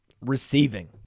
receiving